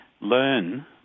learn